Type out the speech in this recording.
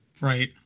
Right